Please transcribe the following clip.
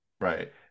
right